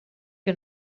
que